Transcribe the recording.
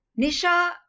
Nisha